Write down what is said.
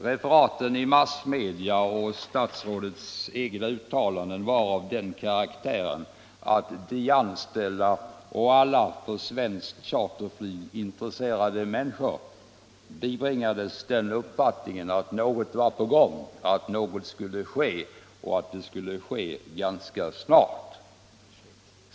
Referaten i massmedia och statsrådets egna uttalanden var av den karaktären att de anställda och alla för svenskt charterflyg intresserade människor bibringades uppfattningen att något var på gång, att något skulle ske och att det skulle ske ganska snart.